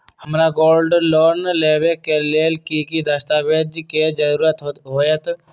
हमरा gold loan लेबे के लेल कि कि दस्ताबेज के जरूरत होयेत?